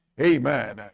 Amen